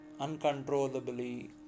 uncontrollably